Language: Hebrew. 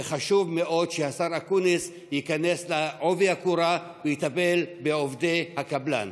וחשוב מאוד שהשר אקוניס ייכנס בעובי הקורה ויטפל בעובדי הקבלן.